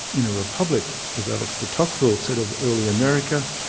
in a republic, as alexis de tocqueville said of early america,